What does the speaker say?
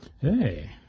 Hey